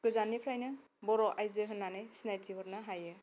गोजाननिफ्रायनो बर' आयजो होनना सिनायथि हरनो हायो